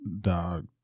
dog